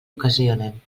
ocasionen